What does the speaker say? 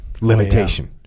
limitation